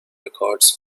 records